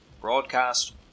Broadcast